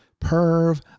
perv